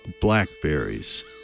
blackberries